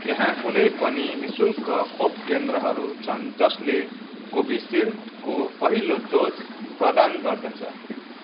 त्यहाँ कुनै पनि नि शुल्क खोप केन्द्रहरू छन् जसले कोभिसिल्डको पहिलो डोज प्रदान गर्दछ